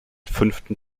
fünften